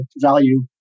value